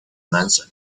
manson